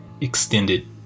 extended